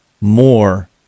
more